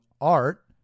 art